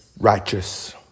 Righteous